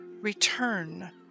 Return